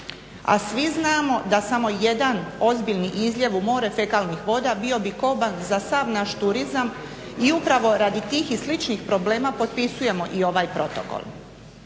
A svi znamo da samo jedan ozbiljan izljev u more fekalnih voda bio bi koban za sav naš turizam i upravo radi tih i sličnih problema potpisujemo i ovaj protokol.